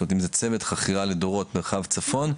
זאת אומרת אם זה צוות חכירה לדורות מרחב צפון.